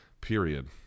Period